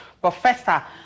Professor